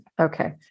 Okay